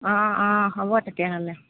অঁ অঁ হ'ব তেতিয়াহ'লে